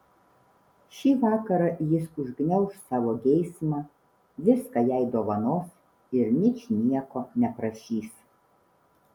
šį vakarą jis užgniauš savo geismą viską jai dovanos ir ničnieko neprašys